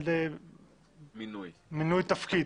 מינוי לתפקיד,